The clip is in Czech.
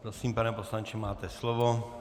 Prosím, pane poslanče, máte slovo.